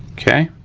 okay.